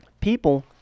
People